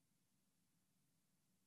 נוכח בנימין נתניהו,